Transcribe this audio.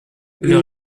leur